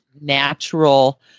natural